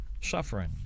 suffering